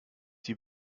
die